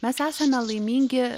mes esame laimingi